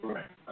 Right